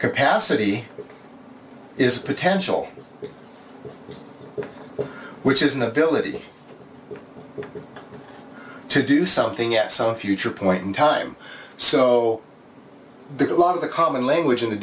capacity is a potential which is an ability to do something at some future point in time so because a lot of the common language in the